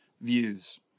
views